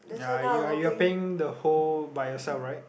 ya you are you are paying the whole by yourself [right]